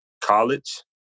college